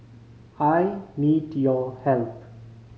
I need your help